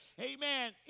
amen